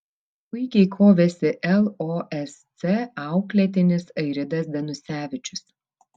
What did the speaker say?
puikiai kovėsi losc auklėtinis airidas danusevičius